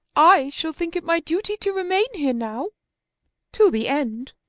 i shall think it my duty to remain here now till the end.